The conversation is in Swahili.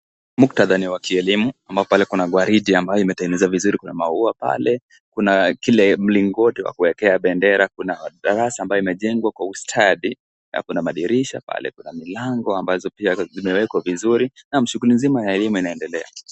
Muktadha ni wa kielimu, ambapo pale kuna gwaride ambayo imetengenezwa vizuri, kuna maua pale. Kuna kile mlingoti wa kuwekea bendera, kuna darasa ambayo imejengwa kwa ustadi na kuna madirisha pale kuna milango, ambazo zimewekwa vizuri na shughuli nzima ya elimu inaendelea.